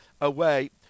away